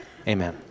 Amen